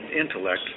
intellect